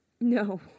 No